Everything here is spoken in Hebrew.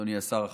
אדוני השר החשוב,